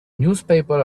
newspaper